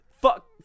Fuck